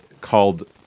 called